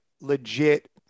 legit